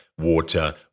water